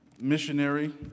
missionary